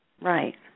Right